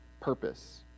purpose